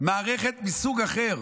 מערכת מסוג אחר,